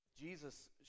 Jesus